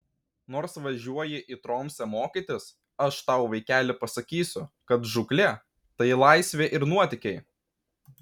nors važiuoji į tromsę mokytis aš tau vaikeli pasakysiu kad žūklė tai laisvė ir nuotykiai